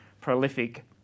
prolific